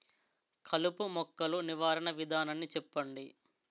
కలుపు మొక్కలు నివారణ విధానాన్ని చెప్పండి?